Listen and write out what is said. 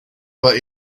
but